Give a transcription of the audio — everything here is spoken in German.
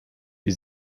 wie